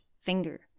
finger